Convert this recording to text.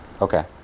Okay